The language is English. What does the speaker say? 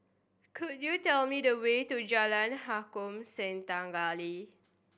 could you tell me the way to Jalan Harom Setangkai